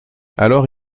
alors